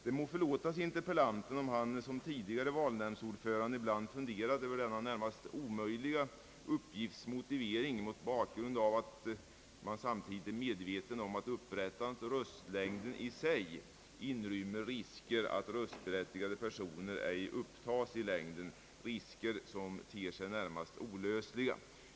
Det må förlåtas interpellanten om han som tidigare valnämndsordförande ibland funderat över denna närmast omöjliga uppgifts motivering mot bakgrunden av att han samtidigt är medveten om att upprättandet av röstlängden i sig inrymmer risker för att röstberättigade personer ej upptagits i längden, risker som närmast ter sig olösliga.